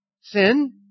sin